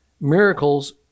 miracles